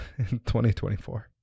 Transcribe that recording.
2024